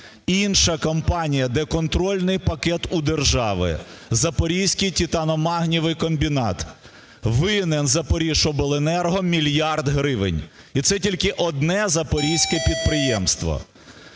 інша компанія, де контрольний пакет у держави, "Запорізький титано-магнієвий комбінат" винен "Запоріжжяобленерго" мільярд гривень, і це тільки одне запорізьке підприємство.